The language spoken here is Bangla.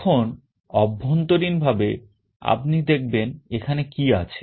এখন অভ্যন্তরীণভাবে আপনি দেখবেন এখানে কি আছে